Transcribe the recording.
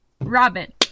Robin